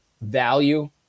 value